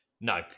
no